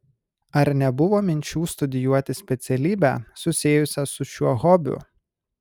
ar nebuvo minčių studijuoti specialybę susijusią su šiuo hobiu